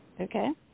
okay